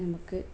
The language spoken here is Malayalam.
നമുക്ക്